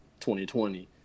2020